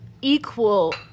equal